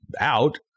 out